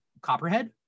Copperhead